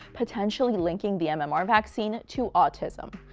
potentially linking the mmr vaccine to autism.